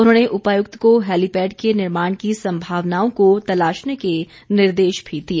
उन्होंने उपायुक्त को हैलीपैड के निर्माण की संभावनाओं को तलाशने के निर्देश भी दिए